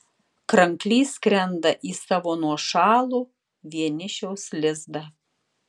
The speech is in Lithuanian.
kranklys skrenda į savo nuošalų vienišiaus lizdą